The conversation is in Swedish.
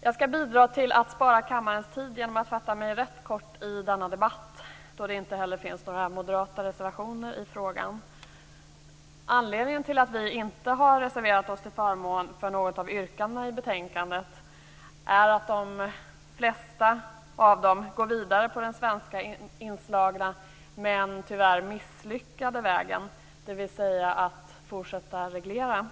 Jag skall bidra till att spara kammarens tid genom att fatta mig kort i denna debatt. Det finns inte heller några moderata reservationer i frågan. Anledningen till att vi inte har reserverat oss till förmån för något av yrkandena i betänkandet är att de flesta av dem går vidare på den svenska inslagna, men tyvärr misslyckade vägen, dvs. en fortsatt reglering.